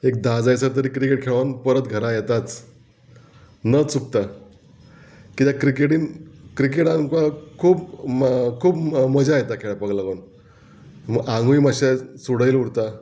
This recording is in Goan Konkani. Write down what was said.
एक धा जायसर तरी क्रिकेट खेळोन परत घरा येताच न चुकता कित्याक क्रिकेटीन क्रिकेट आमकां खूब खूब मजा येता खेळपाक लागोन आंगूय मातशें सुडैल उरता